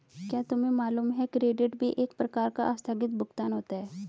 क्या तुम्हें मालूम है कि क्रेडिट भी एक प्रकार का आस्थगित भुगतान होता है?